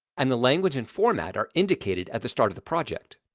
and the language and format are indicated at the start of the project.